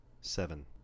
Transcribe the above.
seven